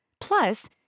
plus